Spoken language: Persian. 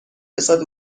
رسد